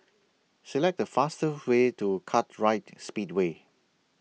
Select The fastest Way to Kartright Speedway